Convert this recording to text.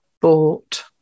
bought